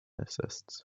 assists